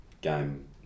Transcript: game